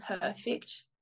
perfect